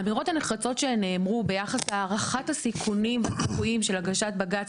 האמירות הנחרצות שנאמרו ביחס להערכת הסיכונים וסיכויים של הגשת בג"ץ,